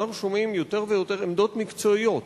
אנחנו שומעים יותר ויותר עמדות מקצועיות